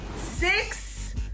Six